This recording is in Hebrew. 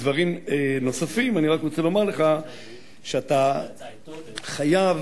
לדברים נוספים, אני רק רוצה לומר לך שאתה חייב